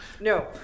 no